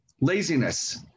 laziness